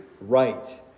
right